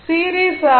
series R